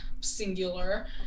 singular